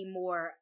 more